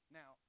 now